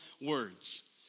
words